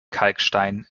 kalkstein